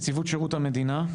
נציבות שירות המדינה.